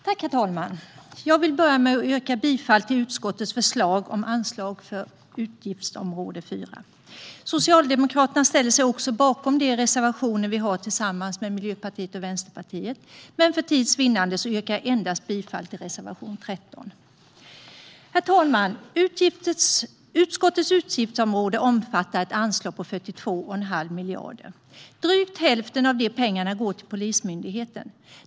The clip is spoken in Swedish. Herr talman! Jag vill börja med att yrka bifall till utskottets förslag om anslag för utgiftsområde 4. Vi i Socialdemokraterna ställer oss också bakom de reservationer vi har tillsammans med Miljöpartiet och Vänsterpartiet, men för tids vinnande yrkar jag bifall endast till reservation 13. Herr talman! Utskottets utgiftsområde omfattar ett anslag på 42,5 miljarder. Drygt hälften av de pengarna går till Polismyndigheten.